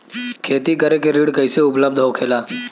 खेती करे के ऋण कैसे उपलब्ध होखेला?